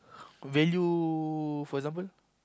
value for example